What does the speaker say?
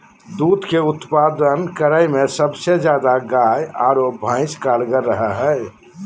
दूध के उत्पादन करे में सबसे ज्यादा गाय आरो भैंस कारगार रहा हइ